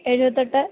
എഴുപത്തിയെട്ട്